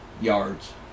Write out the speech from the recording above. yards